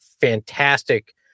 fantastic